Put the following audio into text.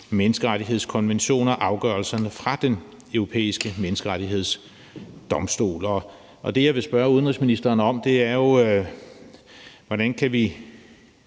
Menneskerettighedskonvention og afgørelserne fra Den Europæiske Menneskerettighedsdomstol. Der vil jeg gerne spørge udenrigsministeren om, hvordan vi